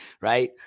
right